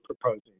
proposing